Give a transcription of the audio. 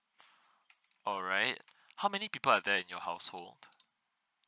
alright how many people are there in your household